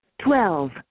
Twelve